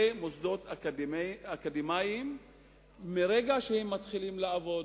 מוסדות אקדמיים מרגע שהם מתחילים לעבוד,